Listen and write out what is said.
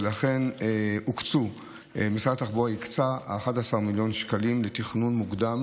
ולכן משרד התחבורה הקצה 11 מיליון שקלים לתכנון מוקדם